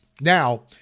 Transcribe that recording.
Now